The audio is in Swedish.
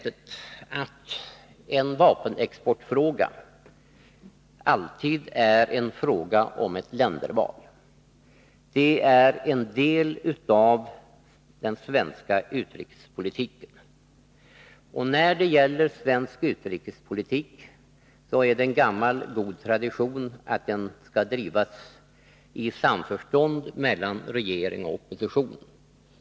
En vapenexportfråga är alltid en fråga om ett länderval. Det är en del av den svenska utrikespolitiken. När det gäller svensk utrikespolitik är det en gammal god tradition att den skall drivas i samförstånd mellan regering och opposition.